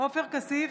עופר כסיף,